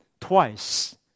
twice